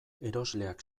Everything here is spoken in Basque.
erosleak